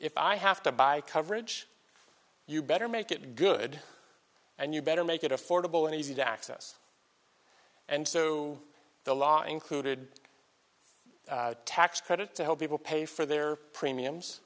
if i have to buy coverage you better make it good and you better make it affordable and easy to access and so the law included a tax credit to help people pay for their premiums